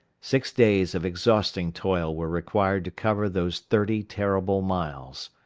six days of exhausting toil were required to cover those thirty terrible miles.